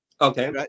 Okay